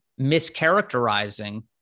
mischaracterizing